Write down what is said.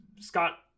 Scott